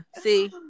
See